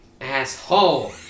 Asshole